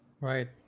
Right